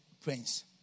prince